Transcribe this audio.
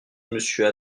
monsieur